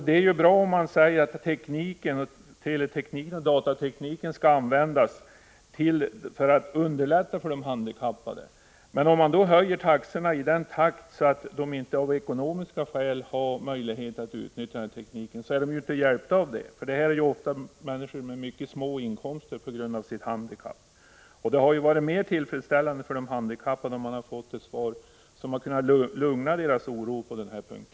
Det är bra att statsrådet säger att teletekniken och datatekniken skall användas för att underlätta för de handikappade. Men om man då höjer taxorna i sådan takt att de handikappade av ekonomiska skäl inte har möjlighet att använda denna teknik då är de handikappade inte hjälpta av detta. Många av dem har ju små inkomster på grund av sitt handikapp. Det hade varit mycket mer tillfredsställande för de handikappade om man fått ett sådant svar att man kunnat lugna deras oro på denna punkt.